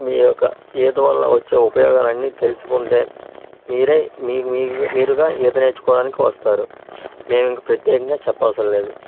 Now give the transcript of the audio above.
మీ యొక్క ఈత వల్ల వచ్చే ఉపయోగాలు అన్ని తెలుసుకుంటే మిరే మీకు మీరుగా ఈత నేర్చుకోడానికి వస్తారు మేమింక ప్రత్యేకంగా చెప్పవసరం లేదు